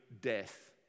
death